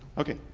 okay.